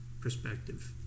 perspective